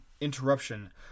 interruption